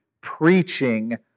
Preaching